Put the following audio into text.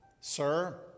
Sir